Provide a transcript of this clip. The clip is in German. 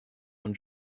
von